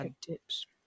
tips